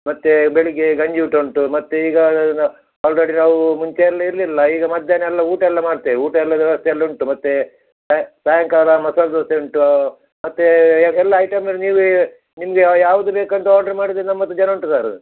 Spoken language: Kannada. ಮತ್ತು ಬೆಳಗ್ಗೆ ಗಂಜಿ ಊಟ ಉಂಟು ಮತ್ತು ಈಗ ಆಲ್ರೆಡಿ ನಾವು ಮುಂಚೆ ಎಲ್ಲ ಇರಲಿಲ್ಲ ಈಗ ಮಧ್ಯಾಹ್ನ ಎಲ್ಲ ಊಟ ಎಲ್ಲ ಮಾಡ್ತೇವೆ ಊಟ ಎಲ್ಲ ವ್ಯವಸ್ಥೆ ಎಲ್ಲ ಉಂಟು ಮತ್ತು ಸಾ ಸಾಯಂಕಾಲ ಮಸಾಲೆ ದೋಸೆ ಉಂಟು ಮತ್ತು ಎಲ್ಲ ಐಟಮ್ ಅಲ್ಲಿ ನೀವು ಎ ನಿಮಗೆ ಯಾ ಯಾವುದು ಬೇಕು ಅಂತ ಆರ್ಡ್ರ್ ಮಾಡದರೆ ನಮ್ಮ ಹತ್ರ ಜನ ಉಂಟು ಸರ